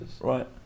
Right